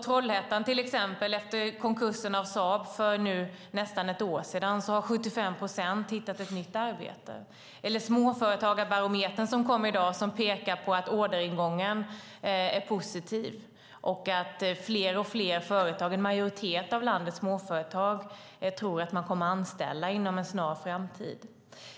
Trollhättan är ett exempel. Efter Saabs konkurs för nästan ett år sedan har 75 procent hittat ett nytt arbete. Och Småföretagarbarometern som kom i dag pekar på att orderingången är positiv och att fler och fler företag, en majoritet av landets småföretag, tror att man kommer att anställa inom en snar framtid.